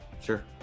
Sure